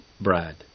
bride